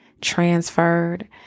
transferred